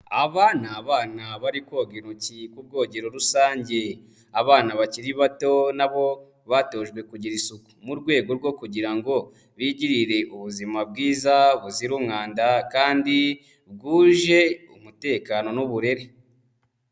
Aba ni abana bari koga intoki ku bwogero rusange, abana bakiri bato na bo batojwe kugira isuku mu rwego rwo kugira ngo bigirire ubuzima bwiza buzira umwanda kandi bwuje umutekano n'uburere.